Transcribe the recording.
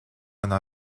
una